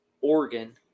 Oregon